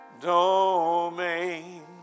domain